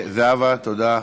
זהבה, תודה.